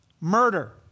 murder